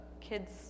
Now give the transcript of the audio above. kids